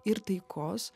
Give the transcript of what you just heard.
ir taikos